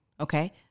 Okay